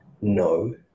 No